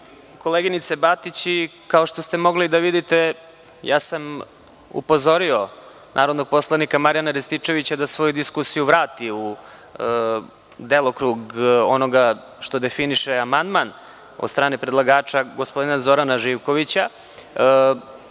koleginice Batić, i kao što ste mogli da vidite ja sam upozorio narodnog poslanika Marijana Rističevića da svoju diskusiju vrati u delokrug onoga što definiše amandman od strane predlagača, gospodina Zorana Živkovića. Ne